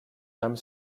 some